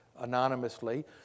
anonymously